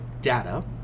data